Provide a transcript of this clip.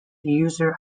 user